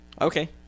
Okay